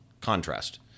contrast